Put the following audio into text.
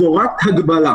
זאת רק הגבלה.